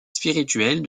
spirituelle